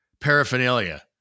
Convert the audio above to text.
paraphernalia